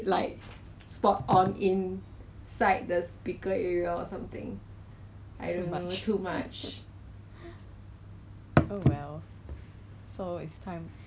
then then the one I get from Sheng Siong right it smells so pleasant like for the same thing but then the one in value shop right has a darker tone to it then the Sheng Siong [one]